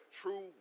true